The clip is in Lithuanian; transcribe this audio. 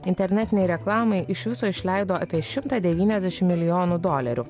internetinei reklamai iš viso išleido apie šimtą devyniasdešimt milijonų dolerių